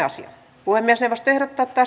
asia puhemiesneuvosto ehdottaa että